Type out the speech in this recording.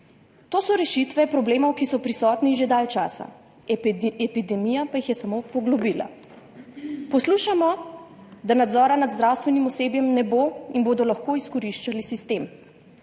To so rešitve problemov, ki so prisotni že dalj časa, epidemija pa jih je samo poglobila. Poslušamo, da nadzora nad zdravstvenim osebjem ne bo in bodo lahko izkoriščali sistem.